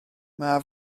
mae